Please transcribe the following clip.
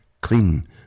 clean